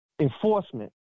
enforcement